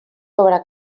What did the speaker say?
sobre